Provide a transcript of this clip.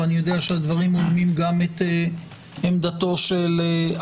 ואני יודע שהדברים תואמים גם את עמדת השר,